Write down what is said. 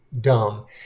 dumb